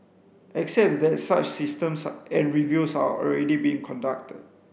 except that such systems are and reviews are already being conducted